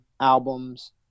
albums